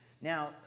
Now